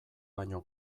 baino